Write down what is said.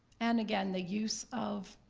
and again, the use of,